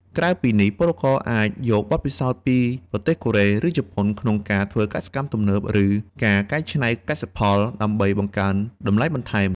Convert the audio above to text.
ក្រៅពីនេះពលករអាចយកបទពិសោធន៍ពីប្រទេសកូរ៉េ ឬជប៉ុន ក្នុងការធ្វើកសិកម្មទំនើប ឬការកែច្នៃកសិផល ដើម្បីបង្កើនតម្លៃបន្ថែម។